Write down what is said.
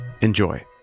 enjoy